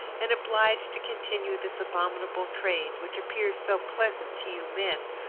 and obliged to continue this abominable trade, which appears so pleasant to you men,